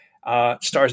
stars